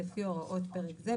לפי הוראות פ-רק זה,